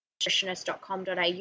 nutritionist.com.au